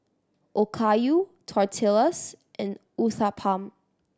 Okayu Tortillas and Uthapam